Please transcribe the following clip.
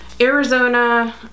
Arizona